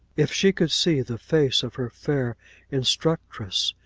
if she could see the face of her fair instructress,